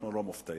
אנחנו לא מופתעים.